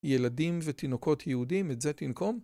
ילדים ותינוקות יהודים את זה תנקום?